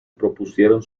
propusieron